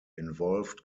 involved